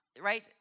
right